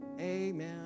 amen